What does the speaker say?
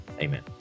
Amen